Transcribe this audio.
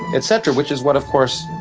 et cetera, which is what, of course,